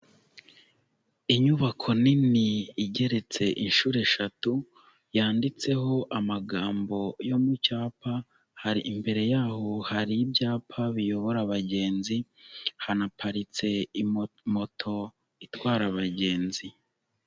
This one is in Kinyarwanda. Inyubako nini igeretse inshuro eshatu yanditseho amagambo yo mu cyapa, hari imbere yaho hari ibyapa biyobora abagenzi hanaparitse moto itwara abagenzi.